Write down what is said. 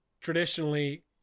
traditionally